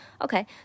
Okay